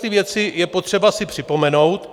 Tyhle věci je potřeba si připomenout.